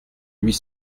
huit